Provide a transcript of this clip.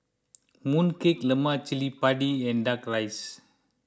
Mooncake Lemak Cili Padi and Duck Rice